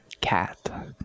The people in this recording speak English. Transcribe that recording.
cat